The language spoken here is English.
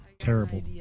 Terrible